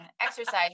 exercise